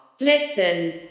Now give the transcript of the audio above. Listen